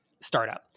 Startup